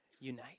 unite